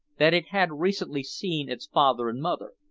that it had recently seen its father and mother,